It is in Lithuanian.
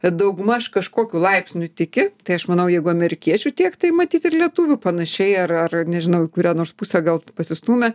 daugmaž kažkokiu laipsniu tiki tai aš manau jeigu amerikiečių tiek tai matyt ir lietuvių panašiai ar ar nežinau į kurią nors pusę gal pasistūmė